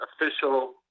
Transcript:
official